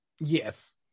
Yes